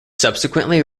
subsequently